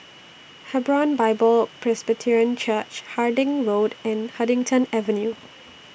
Hebron Bible Presbyterian Church Harding Road and Huddington Avenue